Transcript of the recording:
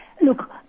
look